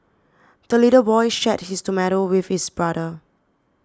the little boy shared his tomato with his brother